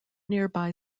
nearby